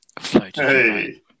Hey